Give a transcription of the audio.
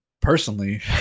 personally